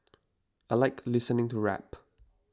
I like listening to rap